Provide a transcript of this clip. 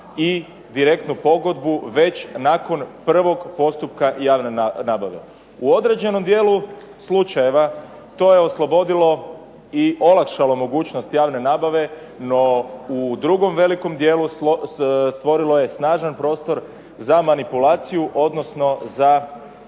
i direktnu pogodbu već nakon prvog postupka javne nabave. U određenom dijelu slučajeva to je oslobodilo i olakšalo mogućnost javne nabave, no u drugom velikom dijelu stvorilo je snažan prostor za manipulaciju, odnosno za